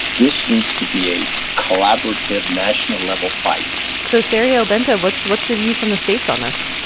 this needs to be a collaborative national-level fight so, sergio, bente, what's what's the view from the states on this?